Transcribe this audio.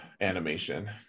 animation